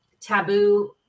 taboo